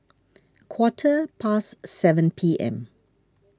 quarter past seven P M